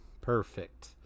Perfect